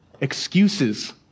Excuses